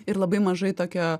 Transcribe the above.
ir labai mažai tokio